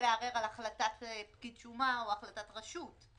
לערער על החלטת פקיד שומה או החלטת רשות.